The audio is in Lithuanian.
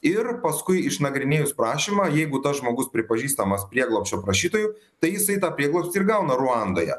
ir paskui išnagrinėjus prašymą jeigu tas žmogus pripažįstamas prieglobsčio prašytojų tai jisai tą prieglobstį ir gauna ruandoje